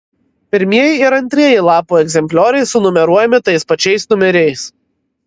pirmieji ir antrieji lapų egzemplioriai sunumeruojami tais pačiais numeriais